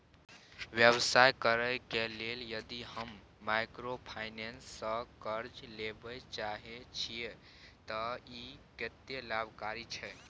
व्यवसाय करे के लेल यदि हम माइक्रोफाइनेंस स कर्ज लेबे चाहे छिये त इ कत्ते लाभकारी छै?